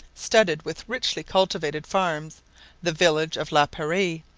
studded with richly cultivated farms the village of la prairie,